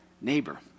neighbor